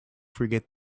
forget